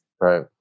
right